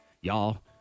y'all